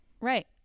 right